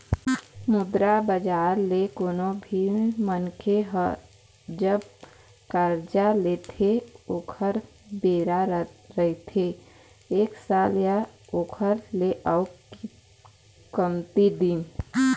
मुद्रा बजार ले कोनो भी मनखे ह जब करजा लेथे ओखर बेरा रहिथे एक साल या ओखर ले अउ कमती दिन